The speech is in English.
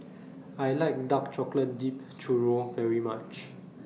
I like Dark Chocolate Dipped Churro very much